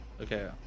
Okay